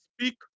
speak